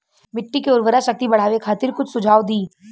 मिट्टी के उर्वरा शक्ति बढ़ावे खातिर कुछ सुझाव दी?